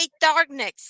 darkness